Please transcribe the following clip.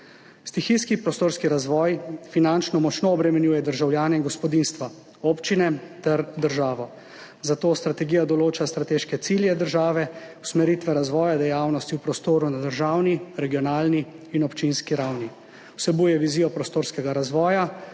Stihijski prostorski razvoj finančno močno obremenjuje državljane in gospodinjstva, občine ter državo, zato strategija določa strateške cilje države, usmeritve razvoja dejavnosti v prostoru na državni, regionalni in občinski ravni. Vsebuje vizijo prostorskega razvoja,